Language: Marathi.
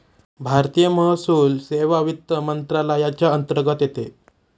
भारतीय महसूल सेवा वित्त मंत्रालयाच्या अंतर्गत येते